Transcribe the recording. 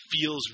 feels